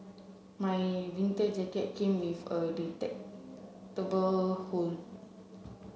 my winter jacket came with a hood